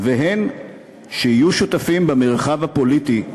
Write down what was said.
וגם יהיו שותפים במרחב הפוליטי,